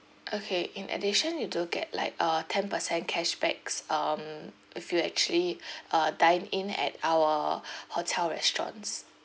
okay in addition you do get like a ten percent cashbacks um if you actually uh dine in at our hotel restaurants